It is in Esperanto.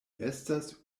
estas